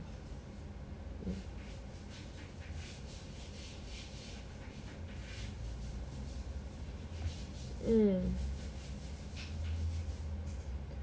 mm